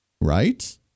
right